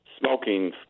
smoking